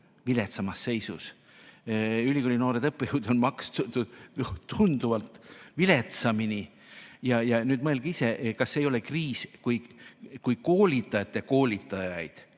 viletsamas seisus. Ülikooli noortele õppejõududele makstakse tunduvalt viletsamini. Mõelge ise, kas see ei ole kriis, kui koolitajate koolitajaid